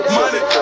money